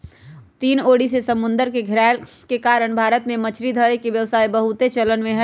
तीन ओरी से समुन्दर से घेरायल के कारण भारत में मछरी धरे के व्यवसाय बहुते चलन में हइ